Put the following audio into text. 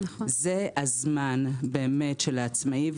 זה באמת הזמן של העצמאים.